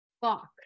Fuck